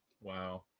Wow